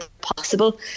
possible